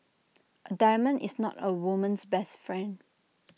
A diamond is not A woman's best friend